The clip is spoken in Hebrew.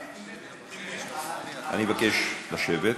אני מבקש לשבת.